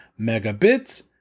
megabits